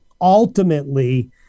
ultimately